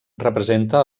representa